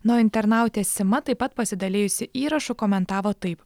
na o internautė sima taip pat pasidalijusi įrašu komentavo taip